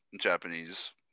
Japanese